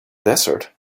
desert